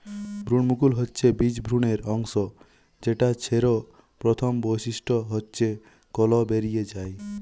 ভ্রূণমুকুল হচ্ছে বীজ ভ্রূণের অংশ যেটা ছের প্রথম বৈশিষ্ট্য হচ্ছে কল বেরি যায়